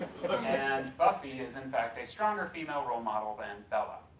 and buffy is in fact a stronger female role model than bella.